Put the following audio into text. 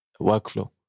workflow